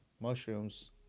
mushrooms